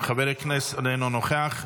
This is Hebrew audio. אינו נוכח.